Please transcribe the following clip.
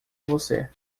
você